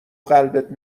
قلبت